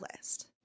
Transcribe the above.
list